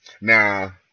Now